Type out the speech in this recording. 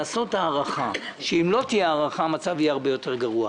הארכה כי אם לא אז המצב יהיה הרבה יותר גרוע.